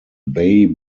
bay